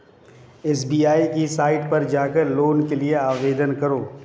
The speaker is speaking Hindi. एस.बी.आई की साईट पर जाकर लोन के लिए आवेदन करो